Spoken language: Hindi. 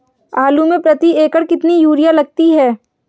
आलू में प्रति एकण कितनी यूरिया लगती है?